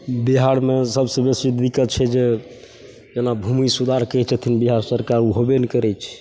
बिहारमे सबसे बेसी दिक्कत छै जे जेना भूमि सुधार कहै छथिन बिहार सरकार ओ होबे नहि करै छै